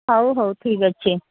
ହଉ ହଉ ଠିକ୍ ଅଛି